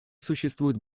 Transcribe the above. существуют